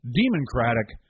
democratic